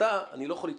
אני לא יכול לצעוק,